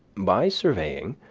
by surveying,